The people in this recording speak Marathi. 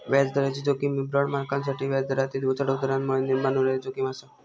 व्याजदराची जोखीम ही बाँड मालकांसाठी व्याजदरातील चढउतारांमुळे निर्माण होणारी जोखीम आसा